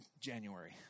January